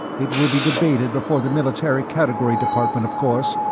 it will be debated before the military category department, of course,